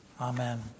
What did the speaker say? Amen